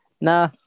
Nah